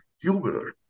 humor